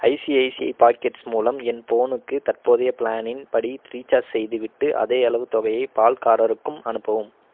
ICICI pockets மூலம் என் ஃபோனுக்கு தற்போதைய பிளானின் படி ரீசார்ஜ் செய்துவிட்டு அதேயளவு தொகையை பால்காரருக்கும் அனுப்பவும்